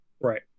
Right